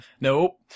Nope